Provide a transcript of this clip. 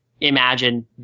imagine